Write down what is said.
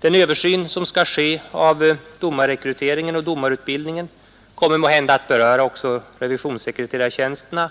Den översyn som skall ske av domarrekryteringen och domarutbildningen kommer måhända att beröra också revisionssekreterartjänsterna,